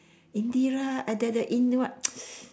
in the right the the in what